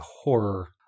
horror